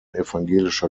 evangelischer